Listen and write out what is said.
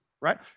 right